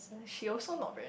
she also not very